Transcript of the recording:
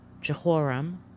Jehoram